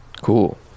cool